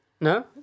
No